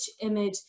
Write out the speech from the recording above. image